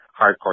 hardcore